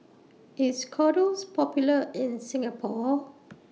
IS Kordel's Popular in Singapore